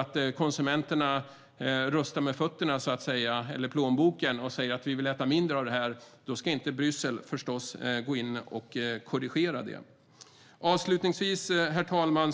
Om konsumenterna så att säga röstar med fötterna eller plånboken och säger att de vill äta mindre av detta ska Bryssel förstås inte gå in och korrigera det. Avslutningsvis, herr talman,